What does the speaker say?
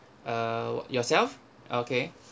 uh yourself okay